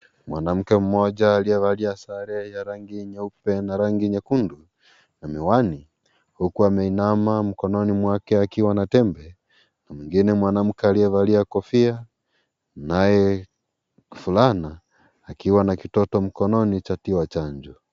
Mwanamke mmoja alievalia sare ya rangi nyeupe na rangi nyekundu na miwani huku ameinama mikononi mwake akiwa na tembe na mwingine mwanamke alievalia kofia na fulana akiwa na mtoto mkononi chatiwa chanjo.